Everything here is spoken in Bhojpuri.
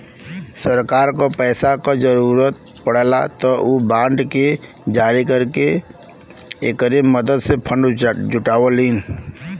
सरकार क पैसा क जरुरत पड़ला त उ बांड के जारी करके एकरे मदद से फण्ड जुटावलीन